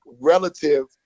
relative